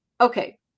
Okay